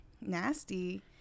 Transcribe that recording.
nasty